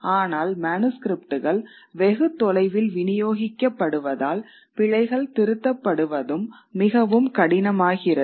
ஆனால் மனுஸ்க்ரிப்ட்கள் வெகு தொலைவில் விநியோகிக்கப்படுவதால் பிழைகள் திருத்தப்படுவதும் மிகவும் கடினமாகிறது